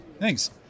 Thanks